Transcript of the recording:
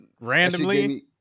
randomly